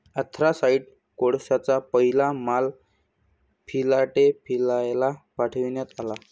anthracite कोळशाचा पहिला माल फिलाडेल्फियाला पाठविण्यात आला